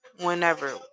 whenever